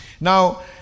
Now